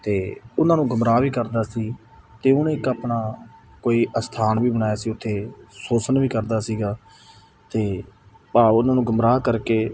ਅਤੇ ਉਹਨਾਂ ਨੂੰ ਗੁੰਮਰਾਹ ਵੀ ਕਰਦਾ ਸੀ ਅਤੇ ਉਹਨੇ ਇੱਕ ਆਪਣਾ ਕੋਈ ਅਸਥਾਨ ਵੀ ਬਣਾਇਆ ਸੀ ਉੱਥੇ ਸ਼ੋਸ਼ਣ ਵੀ ਕਰਦਾ ਸੀਗਾ ਅਤੇ ਭਾਵ ਉਹਨਾਂ ਨੂੰ ਗੁੰਮਰਾਹ ਕਰਕੇ